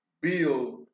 build